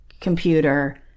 computer